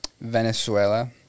Venezuela